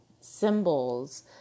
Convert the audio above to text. symbols